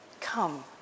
come